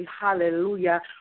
Hallelujah